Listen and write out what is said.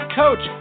coach